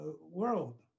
world